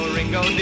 Ringo